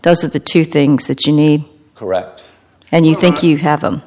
those are the two things that you need correct and you think you have